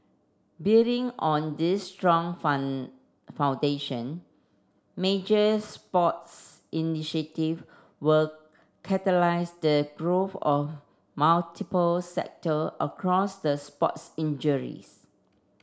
building on this strong foundation major sports initiative will catalyse the growth of multiple sector across the sports